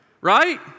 Right